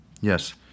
Yes